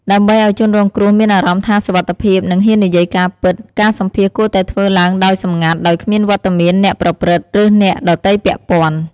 ដើម្បីឲ្យជនរងគ្រោះមានអារម្មណ៍ថាសុវត្ថិភាព និងហ៊ាននិយាយការពិត ការសម្ភាសន៍គួរតែធ្វើឡើងដោយសម្ងាត់ ដោយគ្មានវត្តមានអ្នកប្រព្រឹត្ត ឬអ្នកដទៃពាក់ព័ន្ធ។